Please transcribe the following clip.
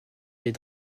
des